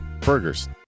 burgers